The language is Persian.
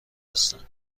هستند